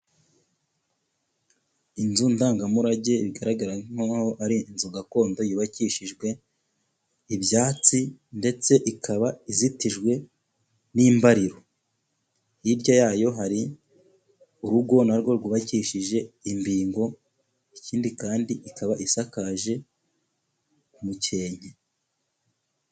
Inzu ndangamurage bigaragara nk'aho ari inzu gakondo yubakishijwe ibyatsi ndetse ikaba izitijwe n'imbariro, hirya yayo hari urugo na rwo rwubakishije imbingo ,ikindi kandi ikaba isakaje umukenke.